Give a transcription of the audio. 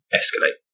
escalate